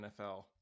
NFL